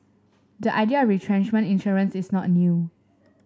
the idea retrenchment insurance is not new